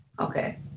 Okay